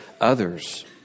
others